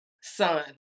son